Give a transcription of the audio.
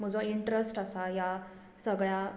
म्हजो इंट्रस्ट आसा ह्या सगळ्यांत